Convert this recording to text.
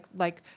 like,